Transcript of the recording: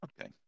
Okay